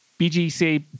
bgc